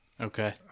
Okay